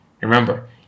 Remember